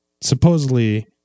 Supposedly